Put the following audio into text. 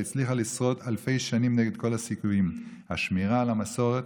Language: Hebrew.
שהצליחה לשרוד אלפי שנים נגד כל הסיכויים: השמירה על המסורת,